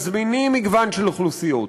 המזמינים מגוון של אוכלוסיות,